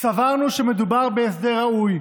סברנו שמדובר בהסדר ראוי,